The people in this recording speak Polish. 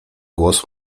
głos